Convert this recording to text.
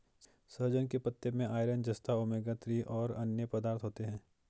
सहजन के पत्ते में आयरन, जस्ता, ओमेगा थ्री और अन्य पदार्थ होते है